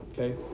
Okay